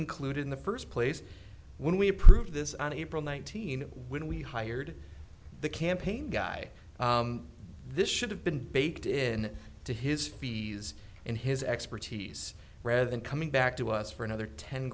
included in the first place when we approve this on april nineteenth when we hired the campaign guy this should have been baked in to his fees and his expertise rather than coming back to us for another ten